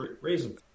reason